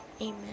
Amen